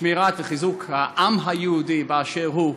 שמירה וחיזוק העם היהודי באשר הוא,